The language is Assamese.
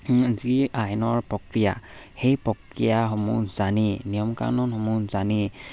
যি আইনৰ প্ৰক্ৰিয়া সেই প্ৰক্ৰিয়াসমূহ জানি নিয়ম কানুনসমূহ জানি